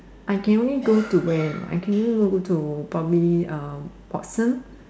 I can only go to when I can only probably uh Watsons